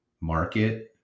market